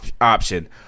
option